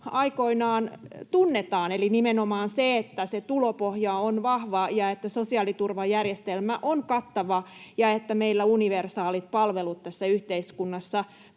aikoinaan tunnetaan, eli nimenomaan, että tulopohja on vahva ja että sosiaaliturvajärjestelmä on kattava ja että meillä universaalit palvelut tässä yhteiskunnassa